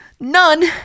None